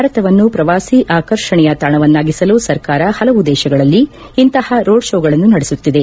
ಭಾರತವನ್ನು ಪ್ರವಾಸಿ ಆಕರ್ಷಣೆಯ ತಾಣವನ್ನಾಗಿಸಲು ಸರ್ಕಾರ ಹಲವು ದೇಶಗಳಲ್ಲಿ ಇಂತಹ ರೋಡ್ ಶೋಗಳನ್ನು ನಡೆಸುತ್ತಿದೆ